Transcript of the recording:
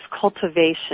cultivation